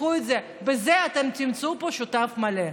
קחו את זה, בזה אתם תמצאו פה שותף מלא.